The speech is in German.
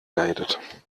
leidet